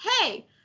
hey